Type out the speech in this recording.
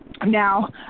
Now